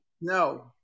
No